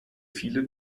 viele